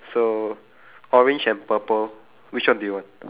so orange and purple which one do you want